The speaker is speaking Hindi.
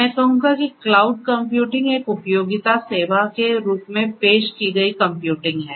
मैं कहूंगा कि क्लाउड कंप्यूटिंग एक उपयोगिता सेवा के रूप में पेश की गई कंप्यूटिंग है